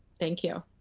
thank you.